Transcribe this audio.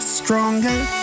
stronger